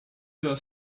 della